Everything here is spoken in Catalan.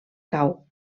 cau